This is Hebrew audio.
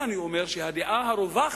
לכן, אני אומר שהדעה הרווחת